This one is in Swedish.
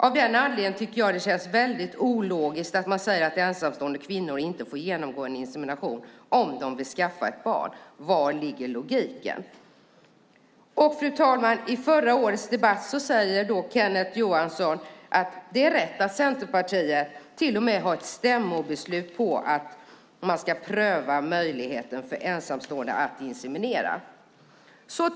Av den anledningen tycker jag att det känns väldigt ologiskt att man säger att ensamstående kvinnor inte får genomgå en insemination om de vill skaffa ett barn. Var ligger logiken? Och, fru talman, i förra årets debatt säger Kenneth Johansson: Det är rätt att Centerpartiet till och med har ett stämmobeslut på att man ska pröva möjligheten för ensamstående att insemineras.